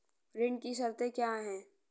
ऋण की शर्तें क्या हैं?